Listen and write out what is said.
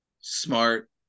smart